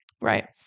right